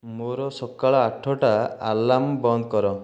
ମୋର ସକାଳ ଆଠଟା ଆଲାର୍ମ ବନ୍ଦ କର